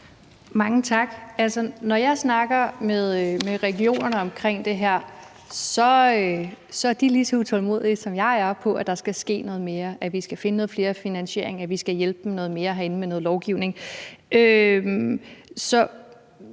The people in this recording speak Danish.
Mange tak. Når jeg snakker med regionerne om det her, er de lige så utålmodige, som jeg er, med hensyn til at der skal ske noget mere, at vi skal finde noget mere finansiering, at vi skal hjælpe dem noget mere herinde med noget lovgivning.